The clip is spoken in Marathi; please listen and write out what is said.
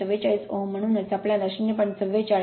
44 ओहेम म्हणूनच आम्हाला ०